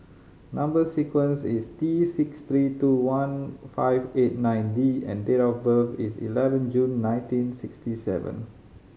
number sequence is T six three two one five eight nine D and date of birth is eleven June nineteen sixty seven